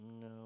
no